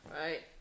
Right